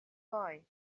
bye